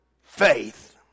faith